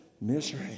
misery